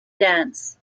dance